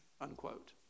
unquote